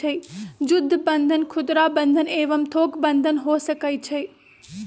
जुद्ध बन्धन खुदरा बंधन एवं थोक बन्धन हो सकइ छइ